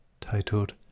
titled